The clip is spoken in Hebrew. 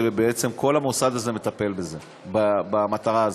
שבעצם כל המוסד הזה מטפל במטרה הזאת.